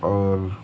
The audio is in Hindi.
और